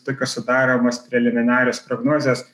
tokios sudaromos preliminarios prognozės